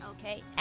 Okay